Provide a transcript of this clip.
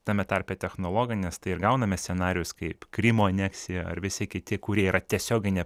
tame tarpe technologinės tai ir gauname scenarijus kaip krymo aneksija ar visi kiti kurie yra tiesioginė